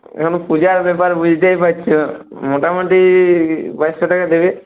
এখন পূজার ব্যাপার বুজতেই পারছো মোটামুটি বাইশশো টাকা দেবে